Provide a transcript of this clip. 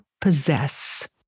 possess